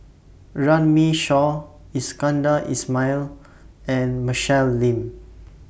Runme Shaw Iskandar Ismail and Michelle Lim